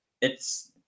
It's-